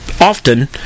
often